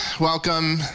Welcome